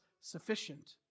sufficient